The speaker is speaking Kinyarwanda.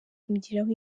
kumugiraho